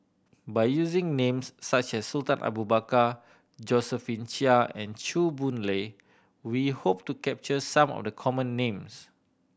by using names such as Sultan Abu Bakar Josephine Chia and Chew Boon Lay we hope to capture some of the common names